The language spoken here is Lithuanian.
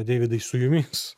deividai su jumis